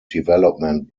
development